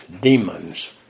demons